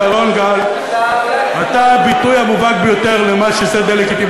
שרון גל, אתה הביטוי המובהק ביותר לדה-לגיטימציה.